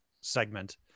segment